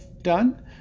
done